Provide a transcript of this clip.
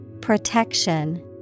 Protection